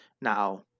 Now